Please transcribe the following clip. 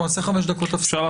אנחנו נעשה חמש דקות הפסקה.